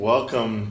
Welcome